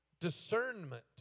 discernment